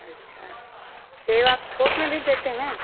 अच्छा सेब आप थोक में भी देते हैं